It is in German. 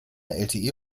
lte